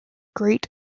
great